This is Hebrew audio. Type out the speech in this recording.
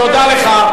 תודה לך.